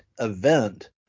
event